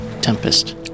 Tempest